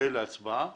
להצבעה